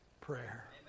prayer